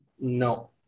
No